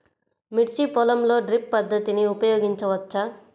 మిర్చి పొలంలో డ్రిప్ పద్ధతిని ఉపయోగించవచ్చా?